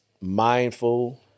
mindful